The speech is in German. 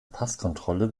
passkontrolle